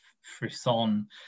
frisson